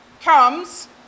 comes